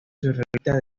surrealista